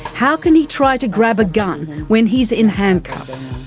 how can he try to grab a gun when he's in handcuffs?